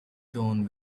tone